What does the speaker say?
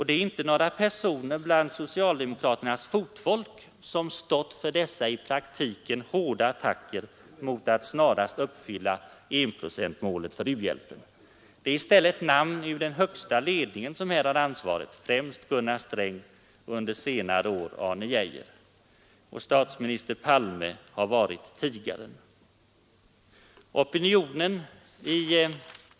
Det är inte några personer bland socialdemokraternas fotfolk som stått för dessa i praktiken hårda attacker mot att snarast uppfylla enprocentsmålet för u-hjälpen. Det är i stället namn ur den högsta ledningen som här har ansvaret, främst Gunnar Sträng och under senare år även Arne Geijer. Och statsminister Palme har varit tigaren.